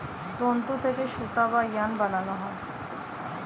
তন্তু থেকে সুতা বা ইয়ার্ন বানানো হয়